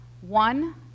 One